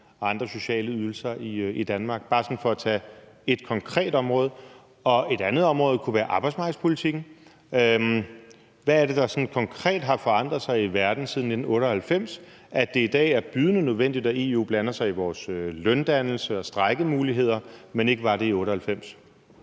og andre sociale ydelser i Danmark? Det er bare for sådan at tage et konkret område. Og et andet område kunne være arbejdsmarkedspolitikken. Hvad er det, der sådan konkret har forandret sig i verden siden 1998, der gør, at det i dag er bydende nødvendigt, at EU blander sig i vores løndannelse og strejkemuligheder, men at det ikke var det i 1998?